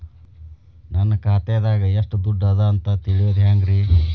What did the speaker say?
ನನ್ನ ಖಾತೆದಾಗ ಎಷ್ಟ ದುಡ್ಡು ಅದ ಅಂತ ತಿಳಿಯೋದು ಹ್ಯಾಂಗ್ರಿ?